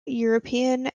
european